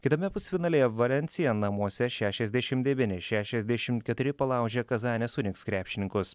kitame pusfinalyje valencija namuose šešiasdešimt devyni šešiasdešimt keturi palaužė kazanės unix krepšininkus